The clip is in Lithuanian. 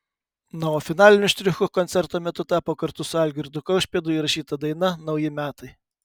na o finaliniu štrichu koncerto metu tapo kartu su algirdu kaušpėdu įrašyta daina nauji metai